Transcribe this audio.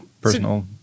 personal